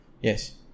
yes